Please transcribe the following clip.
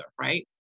right